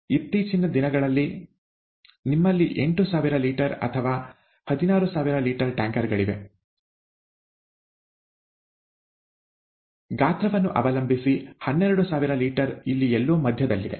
ಇತ್ತೀಚಿನ ದಿನಗಳಲ್ಲಿ ನಿಮ್ಮಲ್ಲಿ ಎಂಟು ಸಾವಿರ ಲೀಟರ್ ಅಥವಾ ಹದಿನಾರು ಸಾವಿರ ಲೀಟರ್ ಟ್ಯಾಂಕರ್ ಗಳಿವೆ ಗಾತ್ರವನ್ನು ಅವಲಂಬಿಸಿ ಹನ್ನೆರಡು ಸಾವಿರ ಲೀಟರ್ ಇಲ್ಲಿ ಎಲ್ಲೋ ಮಧ್ಯದಲ್ಲಿದೆ